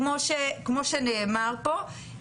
כמו שנאמר פה,